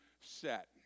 set